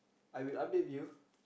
I will update you